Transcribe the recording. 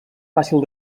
fàcil